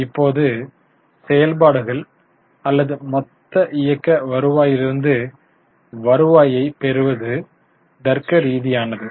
இப்போது செயல்பாடுகள் அல்லது மொத்த இயக்க வருவாயிலிருந்து வருவாயைப் பெறுவது தர்க்கரீதியானது